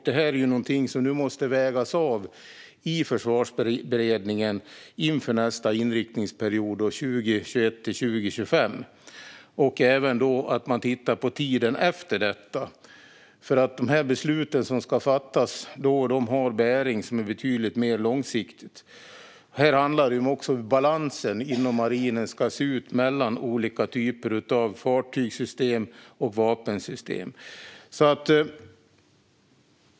Detta måste nu avvägas i Försvarsberedningen inför nästa inriktningsperiod 2021-2025. Man måste även titta på tiden därefter, för de beslut som ska fattas har bäring på betydligt längre sikt. Det handlar också om hur balansen mellan olika typer av fartygs och vapensystem inom marinen ska se ut.